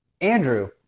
Andrew –